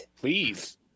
Please